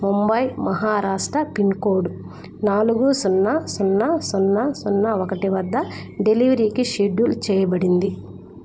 Mumbai Maharashtra pin code నాలుగు సున్నా సున్నా సున్నా సున్నా ఒకటి వద్ద డెలివరీకి షెడ్యూల్ చేయబడింది